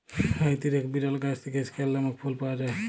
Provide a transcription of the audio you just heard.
হাইতির এক বিরল গাছ থেক্যে স্কেয়ান লামক ফুল পাওয়া যায়